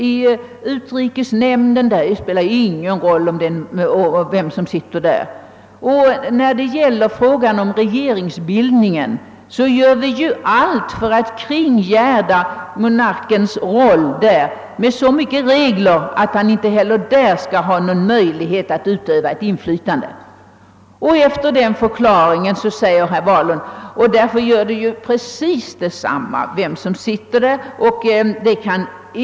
Det spelar inte heller någon roll vem som sitter i utrikesnämnden. Beträffande frågan om regeringsbildningen gör man allt för att kringgärda monarkens befogenheter med så många regler att han inte heller där skall ha någon möjlighet att utöva inflytande. Efter denna förklaring säger herr Wahlund, att det därför gör precis detsamma vem som sitter där som monark.